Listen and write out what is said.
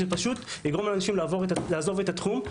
שזה פשוט יגרום לאנשים לעזוב את התחום.